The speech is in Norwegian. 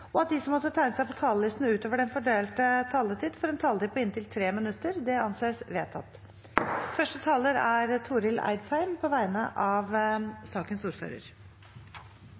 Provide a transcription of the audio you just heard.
og at de som måtte tegne seg på talerlisten utover den fordelte taletid, får en taletid på inntil 3 minutter. – Det anses vedtatt. Første taler er Mats A. Kirkebirkeland på vegne av